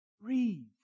breathe